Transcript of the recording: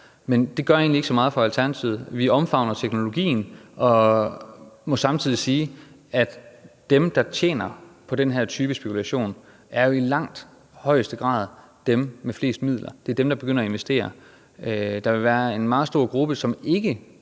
men det gør egentlig ikke så meget for Alternativet. Vi omfavner teknologien og må samtidig sige, at dem, der tjener på den her type spekulation, jo i langt højeste grad er dem med flest midler. Det er dem, der begynder at investere. Der vil være en meget stor gruppe, som ikke